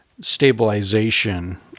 stabilization